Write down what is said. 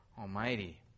Almighty